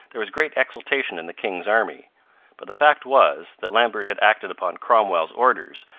there was great exultation in the king's army but the fact was, that lambert had acted upon cromwell's orders,